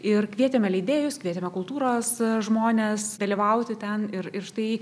ir kvietėme leidėjus kvietėme kultūros žmones dalyvauti ten ir ir štai